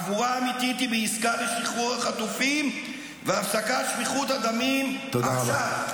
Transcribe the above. הגבורה האמיתית היא בעסקה לשחרור החטופים והפסקת שפיכות הדמים עכשיו.